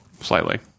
Slightly